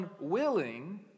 unwilling